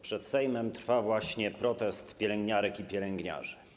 Przed Sejmem trwa właśnie protest pielęgniarek i pielęgniarzy.